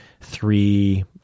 three